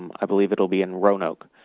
um i believe it will be in roanoke.